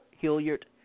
Hilliard